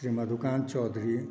Shri Madhukant Chaudhary